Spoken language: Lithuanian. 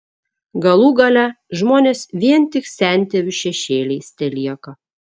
galų gale žmonės vien tik sentėvių šešėliais telieka